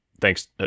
thanks